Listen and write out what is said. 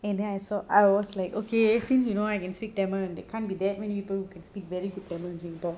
and then I saw I was like okay since you know I can speak tamil and they can't be that many people who can speak very good tamil in singapore